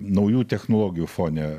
naujų technologijų fone